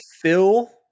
fill